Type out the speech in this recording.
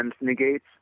Negates